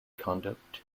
conduct